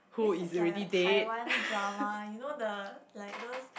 this is like a Taiwan drama you know the like those